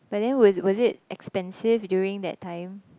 but then was was it expensive during that time